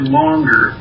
longer